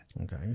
Okay